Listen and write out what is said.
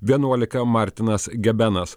vienuoliką martinas gebenas